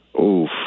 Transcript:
oof